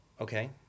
Okay